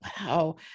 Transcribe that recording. wow